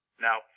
Now